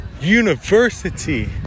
University